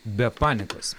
be panikos